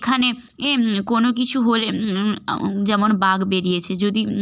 এখানে এ কোনো কিছু হলে যেমন বাঘ বেরিয়েছে যদি